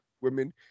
Women